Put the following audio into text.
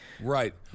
Right